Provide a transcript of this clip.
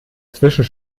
dazwischen